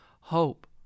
hope